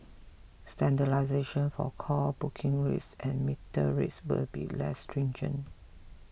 standardisation for call booking rates and metered rates will be less stringent